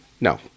No